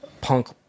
punk